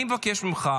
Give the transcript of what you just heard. אני מבקש ממך,